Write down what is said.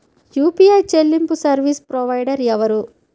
UPI చెల్లింపు service provider ఎవరు?